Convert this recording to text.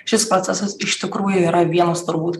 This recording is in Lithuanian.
šis procesas iš tikrųjų yra vienas turbūt